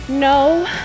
no